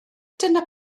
dyna